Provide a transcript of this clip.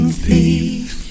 thief